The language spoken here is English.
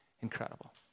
incredible